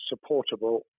supportable